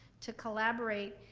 to collaborate,